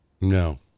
No